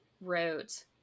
wrote